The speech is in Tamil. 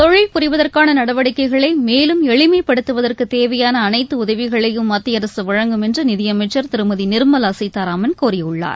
தொழில் புரிவதற்கான நடவடிக்கைகளை மேலும் எளிமைப்படுத்துவதற்கு தேவையான அனைத்து உதவிகளையும் மத்திய அரசு வழங்கும் என்று நிதியமைச்சர் திருமதி நிர்மலா சீதாராமன் கூறியுள்ளார்